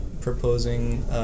proposing